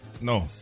No